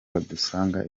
badusanga